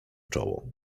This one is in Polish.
czoło